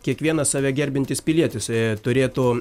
kiekvienas save gerbiantis pilietis turėtų